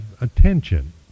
attention